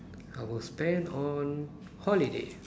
I will spend on holiday